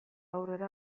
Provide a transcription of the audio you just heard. aurrera